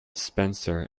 spencer